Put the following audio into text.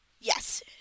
yes